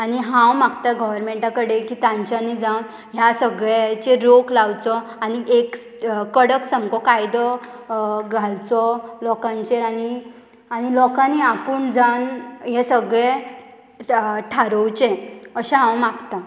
आनी हांव मागतां गोवोरमेंटा कडेन की तांच्यांनी जावन ह्या सगळ्यांचेर रोक लावचो आनी एक कडक सामको कायदो घालचो लोकांचेर आनी आनी लोकांनी आपूण जावन हे सगळे थारोवचे अशें हांव मागतां